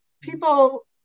people